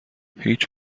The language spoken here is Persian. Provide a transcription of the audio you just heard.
هیچ